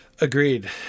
agreed